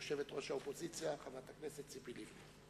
יושבת-ראש האופוזיציה, חברת הכנסת ציפי לבני.